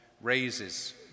raises